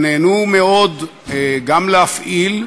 שנהנו מאוד גם להפעיל,